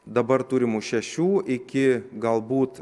dabar turimų šešių iki galbūt